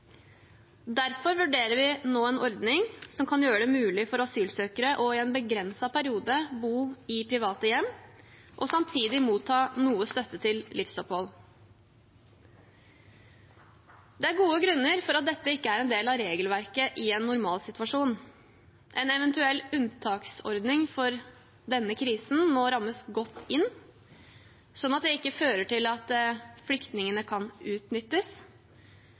Derfor vurderer vi nå en ordning som kan gjøre det mulig for asylsøkere i en begrenset periode å bo i private hjem og samtidig motta noe støtte til livsopphold. Det er gode grunner til at dette ikke er en del av regelverket i en normalsituasjon. En eventuell unntaksordning for denne krisen må rammes godt inn, slik at det ikke fører til at flyktningene kan utnyttes.